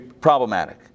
problematic